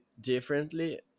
differently